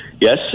Yes